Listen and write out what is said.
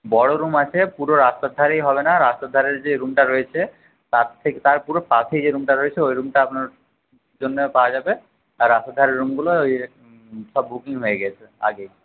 বড়ো রুম আছে পুরো রাস্তার ধারেই হবে না রাস্তার ধারে যে রুমটা রয়েছে তার ঠিক তার পুরো পাশেই যে রুমটা রয়েছে ওই রুমটা আপনার জন্য পাওয়া যাবে আর রাস্তার ধারে রুমগুলো সব বুকিং হয়ে গেছে আগেই